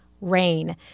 rain